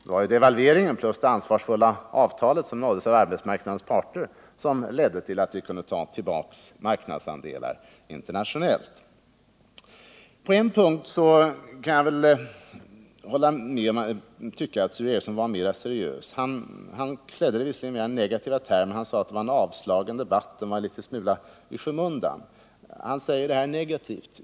Det var ju devalveringen och det ansvarsfulla avtal som nåddes av arbetsmarknadens parter som ledde till att vi kunde ta tillbaka marknadsandelar internationellt. På en punkt kan jag tycka att Sture Ericson var mer seriös, även om han klädde det i negativa termer. Han sade att det var en avslagen debatt en smula i skymundan. Han sade det negativt.